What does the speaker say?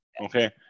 Okay